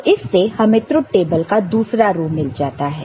तो इससे हमें ट्रुथ टेबल का दूसरा रो मिल जाता है